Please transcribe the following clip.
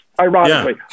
ironically